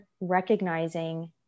recognizing